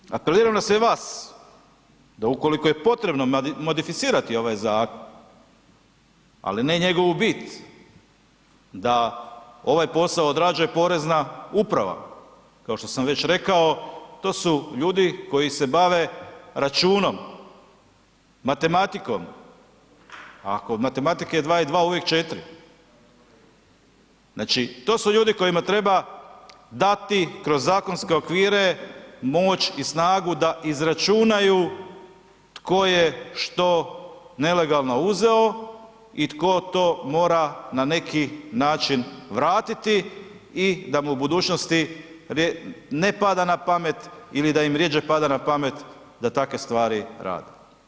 Zbog toga apeliram na sve vas da ukoliko je potrebno modificirati ovaj zakon, ali ne njegovu bit da ovaj posao odrađuje porezna uprava, kao što sam već rekao, to su ljudi koji se bave računom, matematikom, a kod matematike je 2 i 2 uvijek 4, znači to su ljudi kojima treba dati kroz zakonske okvire moć i snagu da izračunaju tko je što nelegalno uzeo i tko to mora na neki način vratiti i da mu u budućnosti ne pada na pamet ili da im rjeđe pada na pamet da takve stvari rade.